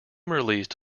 released